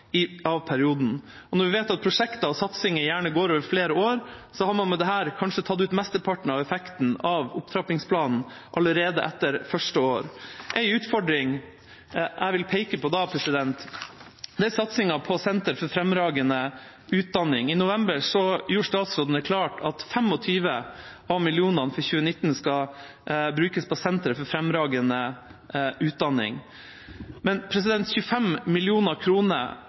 av perioden. Når vi vet at prosjekter og satsinger gjerne går over flere år, har man med dette kanskje tatt ut mesteparten av effekten av opptrappingsplanen allerede etter første år. En utfordring jeg da vil peke på, er satsingen på Sentre for fremragende utdanning. I november gjorde statsråden det klart at 25 av millionene for 2019 skal brukes på Sentre for fremragende utdanning. Men 25